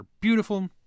beautiful